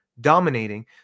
dominating